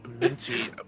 Minty